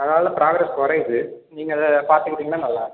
அதனால் ப்ரக்ரஸ் குறையுது நீங்கள் அதை பார்த்துக்கிட்டீங்கன்னா நல்லாருக்கும்